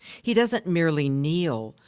he doesn't merely kneel,